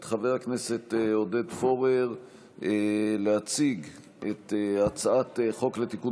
חבר הכנסת עודד פורר להציג את הצעת חוק לתיקון